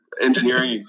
engineering